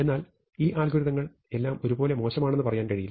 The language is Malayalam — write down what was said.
എന്നാൽ ഈ അൽഗോരിതങ്ങൾ എല്ലാം ഒരുപോലെ മോശമാണെന്ന് പറയാൻ കഴിയില്ല